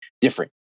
different